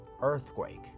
Earthquake